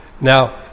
Now